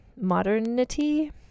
modernity